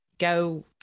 go